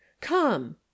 Come